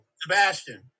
Sebastian